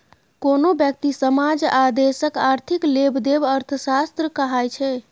कोनो ब्यक्ति, समाज आ देशक आर्थिक लेबदेब अर्थशास्त्र कहाइ छै